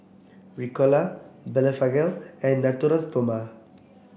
Ricola Blephagel and Natura Stoma